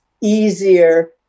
easier